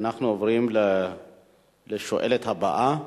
אנחנו עוברים לשואלת הבאה,